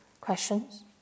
questions